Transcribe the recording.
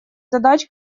задач